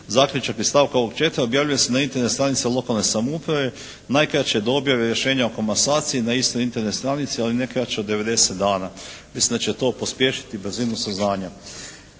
"Zaključak iz stavka …/Govornik se ne razumije./… objavljuje se na Internet stranicama lokalne samouprave najkraće do objave rješenja o komasaciji na istoj Internet stranici ali ne kraće od devedeset dana." Mislim da će to pospješiti brzinu saznanja.